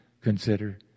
Consider